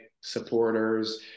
supporters